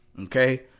Okay